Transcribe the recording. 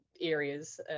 areas